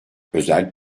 özel